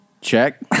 Check